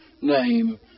name